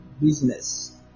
business